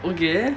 okay